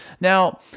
Now